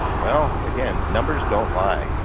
well again numbers don't lie.